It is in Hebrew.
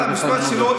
בגלל המשפט שלו,